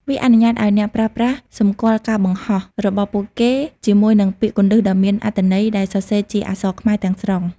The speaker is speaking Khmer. វាអនុញ្ញាតឱ្យអ្នកប្រើប្រាស់សម្គាល់ការបង្ហោះរបស់ពួកគេជាមួយនឹងពាក្យគន្លឹះដ៏មានអត្ថន័យដែលសរសេរជាអក្សរខ្មែរទាំងស្រុង។